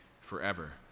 forever